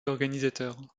organisateur